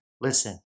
listen